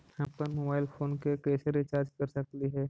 हम अप्पन mobile phone के कैसे रिचार्ज कर सकली हे?